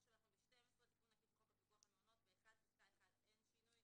אנחנו עוברים לסעיף 12 בפסקה 1 אין שינוי